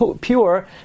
pure